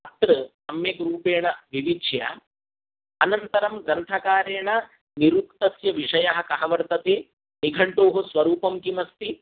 अत्र सम्यक्रूपेण विविच्य अनन्तरं ग्रन्थकारेण निरुक्तस्य विषयः कः वर्तते निघण्टोः स्वरूपं किमस्ति